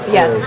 Yes